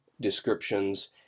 descriptions